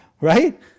Right